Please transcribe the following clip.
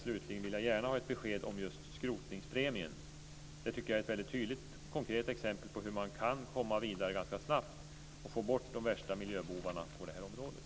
Slutligen vill jag gärna ha ett besked om just skrotningspremien. Den tycker jag är ett mycket tydligt och konkret exempel på hur man kan komma vidare ganska snabbt och få bort de värsta miljöbovarna på det här området.